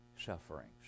sufferings